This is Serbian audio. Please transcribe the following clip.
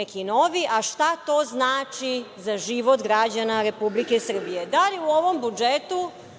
neki novi. A šta to znači za život građana Republike Srbije? Da